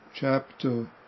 chapter